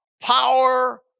power